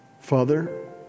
Father